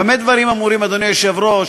במה דברים אמורים, אדוני היושב-ראש?